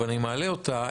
אבל אני מעלה אותה.